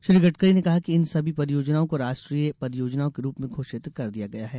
श्री गडकरी ने कहा कि इन सभी परियोजनाओं को राष्ट्री परियोजनाओं के रूप में घोषित कर दिया गया है